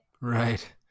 Right